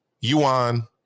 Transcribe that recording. yuan